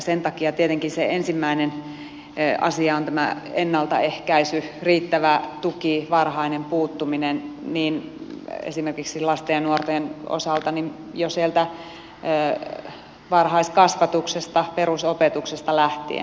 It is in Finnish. sen takia tietenkin se ensimmäinen asia on tämä ennaltaehkäisy riittävä tuki varhainen puuttuminen esimerkiksi lasten ja nuorten osalta jo sieltä varhaiskasvatuksesta perusopetuksesta lähtien